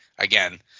Again